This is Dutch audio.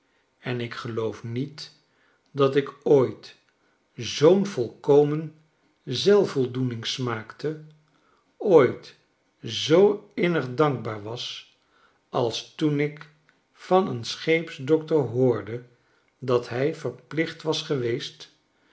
en ik geloof niet datik ooit zoo'n volkomen zelfvoldoening smaakte ooit zooinnig dankbaar was als toen ik van een scheepsdokter hoorde dat hij verplicht was geweest